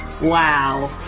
Wow